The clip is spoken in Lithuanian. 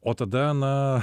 o tada na